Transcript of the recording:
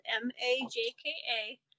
M-A-J-K-A